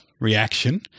reaction